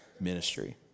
ministry